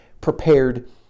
prepared